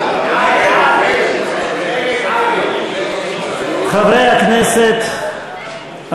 אייכלר ויעקב אשר, קבוצת סיעת יהדות